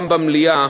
גם במליאה,